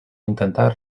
intentar